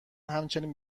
همچنین